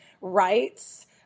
rights